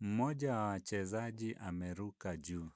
mmoja wa wachezaji ameruka juu.